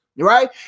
right